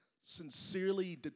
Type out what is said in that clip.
sincerely